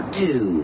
two